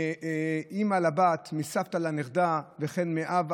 מאימא לבת, מסבתא לנכדה וכן מאב,